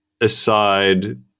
aside